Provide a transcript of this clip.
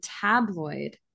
tabloid